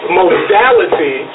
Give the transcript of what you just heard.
modality